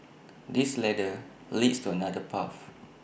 this ladder leads to another path